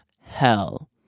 hell